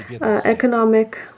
economic